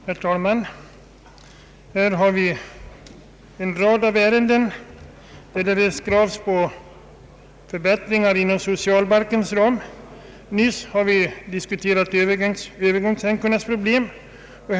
Herr talman! Vi har en rad ärenden där det ställs krav på förbättringar inom socialbalkens ram. Nyss har vi diskuterat frågan om övergångsänkornas pensioner.